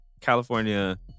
California